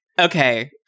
okay